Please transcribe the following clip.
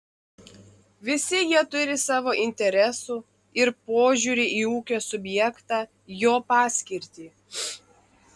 visi jie turi savo interesų ir požiūrį į ūkio subjektą jo paskirtį